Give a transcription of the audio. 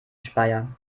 speyer